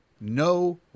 no